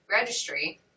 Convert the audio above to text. Registry